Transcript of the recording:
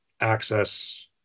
access